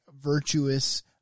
virtuous